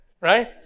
Right